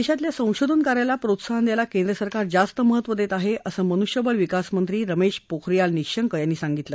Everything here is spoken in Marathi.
दशीतल्या संशोधन कार्याला प्रोत्साहन द्यायला केंद्र सरकार जास्त महत्व दत्तीआहा असं मनुष्यबळविकास मंत्री रमधीपोखरियाल निःशंक यांनी सांगितलं